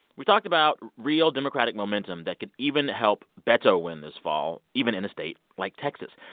we talked about real democratic momentum that could even help beto win this fall, even in a state like texas,